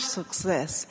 success